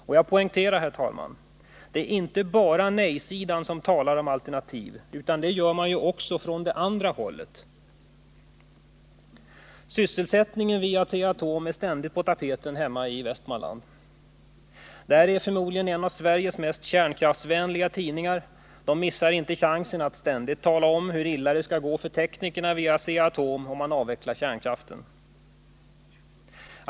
Och jag poängterar att det inte bara är nej-sidan som talar om alternativ, utan det gör man också från det andra hållet. Sysselsättningen vid Asea-Atom är ständigt på tapeten hemma i Västmanland, där förmodligen en av Sveriges mest kärnkraftsvänliga tidningar inte missar chansen att ständigt tala om hur illa det skall gå för teknikerna vid Asea-Atom, om vi avvecklar kärnkraften.